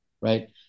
right